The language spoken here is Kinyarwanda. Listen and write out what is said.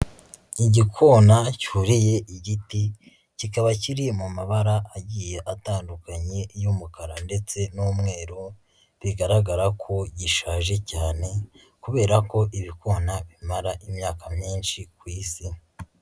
Igikona cyuriye igiti, kikaba kiri mu mabara agiye atandukanye y'umukara ndetse n'umweru, bigaragara ko gishaje cyane, kubera ko ibikona bimara imyaka myinshi ku isi.